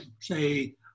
say